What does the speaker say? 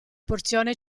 porzione